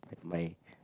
my